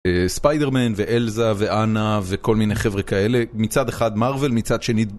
ספיידרמן ואלזה ואנה וכל מיני חבר'ה כאלה מצד אחד, מרוול מצד שני.